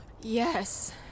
yes